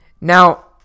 now